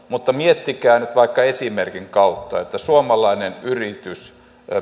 mutta miettikää nyt vaikka esimerkin kautta suomalainen yritys